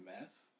math